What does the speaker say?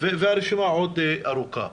והרשימה עוד ארוכה.